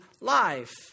life